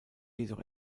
jedoch